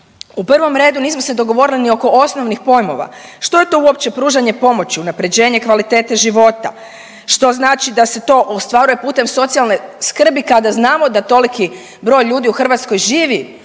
U prvom redu nismo se dogovorili ni oko osnovnih pojmova što je to uopće pružanje pomoći, unapređenje kvalitete života. Što znači da se to ostvaruje putem socijalne skrbi kada znamo da toliki broj ljudi u Hrvatskoj živi